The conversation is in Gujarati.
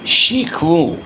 શીખવું